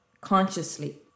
consciously